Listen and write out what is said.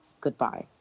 goodbye